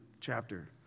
chapter